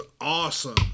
awesome